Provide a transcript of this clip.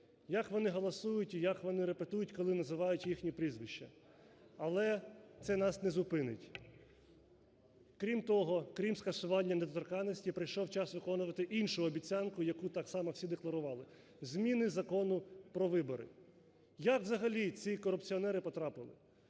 як вони голосують і як вони репетують, коли називають їхні прізвища. Але це нас не зупинить. Крім того, крім скасування недоторканності, прийшов час виконувати іншу обіцянку, яку так само всі декларували: зміни Закону про вибори. Як взагалі ці корупціонери потрапили?